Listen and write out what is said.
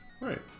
Right